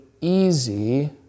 easy